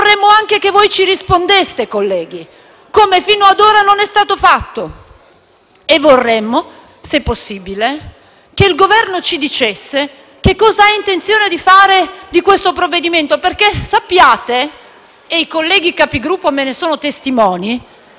vorremmo anche che voi ci rispondeste, come finora non è stato fatto. E vorremmo, se possibile, che il Governo ci dicesse che cosa ha intenzione di fare di questo provvedimento, perché sappiate - e i colleghi Capigruppo me ne sono testimoni